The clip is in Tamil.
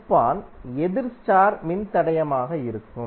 வகுப்பான் எதிர் ஸ்டார் மின்தடையமாக இருக்கும்